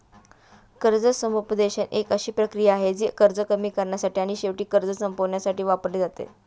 कर्ज समुपदेशन एक अशी प्रक्रिया आहे, जी कर्ज कमी करण्यासाठी आणि शेवटी कर्ज संपवण्यासाठी वापरली जाते